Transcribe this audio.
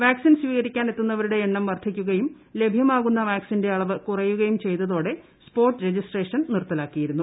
വാക് scene സ്വീകരിക്കാൻ എത്തുന്നവരുടെ എണ്ണം വർധിക്കുകയും ലഭ്യമാകുന്ന വാക്സിന്റെ അളവ് കുറയുകയും ചെയ്തതോടെ സ് പോട്ട് രജിസ്ട്രേഷൻ നിർത്തലാക്കിയിരുന്നു